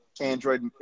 Android